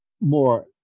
more